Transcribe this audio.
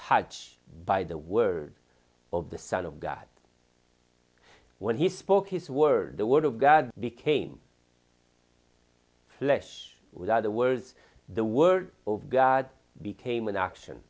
touch by the words of the son of god when he spoke his word the word of god became flesh with other words the word of god became an action